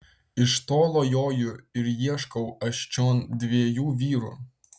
iš tolo joju ir ieškau aš čion dviejų vyrų